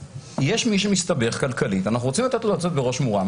יש מי שמסתבך כלכלית ואנחנו רוצים לתת לו לצאת בראש מורם.